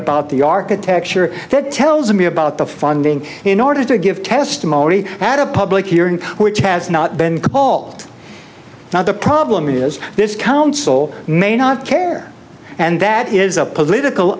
about the architecture that tells me about the funding in order to give testimony at a public hearing which has not been called now the problem is this council may not care and that is a political